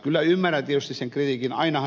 kyllä ymmärrän tietysti sen kritiikin